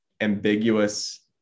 ambiguous